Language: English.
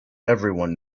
everyone